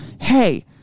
Hey